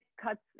cuts